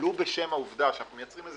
ולו בשם העובדה שאנחנו מייצרים איזו